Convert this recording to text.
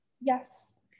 Yes